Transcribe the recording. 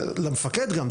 זה לא פשוט גם למפקד,